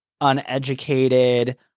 uneducated